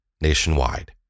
nationwide